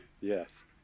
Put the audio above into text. yes